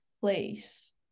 place